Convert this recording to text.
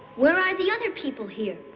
where are the other people here?